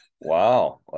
Wow